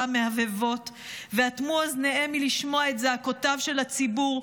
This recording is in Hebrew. המהבהבות ואטמו אוזניהם מלשמוע את זעקותיו של הציבור,